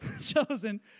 chosen